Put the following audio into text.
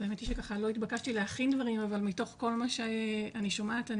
האמת שלא נתבקשתי להכין דברים אבל מתוך כל מה שאני שומעת,